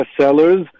bestsellers